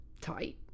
tight